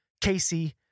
Casey